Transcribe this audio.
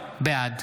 בעד